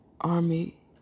army